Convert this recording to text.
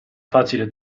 facile